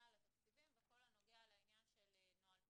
על התקציבים בכל הנוגע לעניין של נוהל תימרוץ.